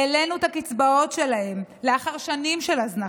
העלינו את הקצבאות שלהם לאחר שנים של הזנחה.